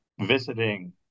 visiting